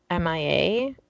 MIA